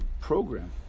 program